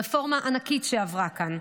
רפורמה ענקית שעברה כאן.